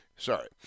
Sorry